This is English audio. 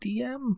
DM